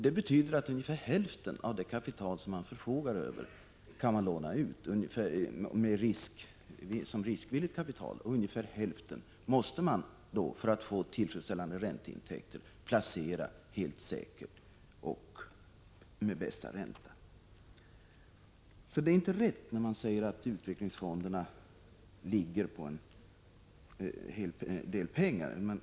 Det betyder att man kan låna ut, som riskvilligt kapital, ungefär hälften av det kapital som man förfogar över. Ungefär hälften måste man, för att få tillfredsställande ränteintäkter, placera helt säkert och med bästa ränta. Det är alltså inte riktigt när man säger att utvecklingsfonderna ligger på en hel del pengar.